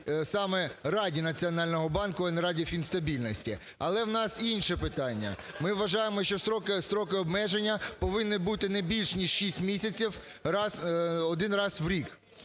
саме Раді Національного банку, а не Раді фінстабільності. Але у нас інше питання. Ми вважаємо, що строки обмеження повинні не більш ніж 6 місяців один раз в рік.